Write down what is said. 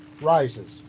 rises